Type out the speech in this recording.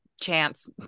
chance